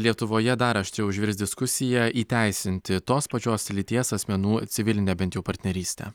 lietuvoje dar aštriau užvirs diskusija įteisinti tos pačios lyties asmenų civilinę bent jau partnerystę